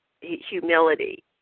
humility